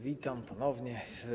Witam ponownie.